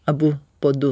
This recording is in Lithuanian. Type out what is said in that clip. abu po du